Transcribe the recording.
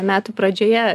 metų pradžioje